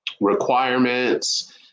requirements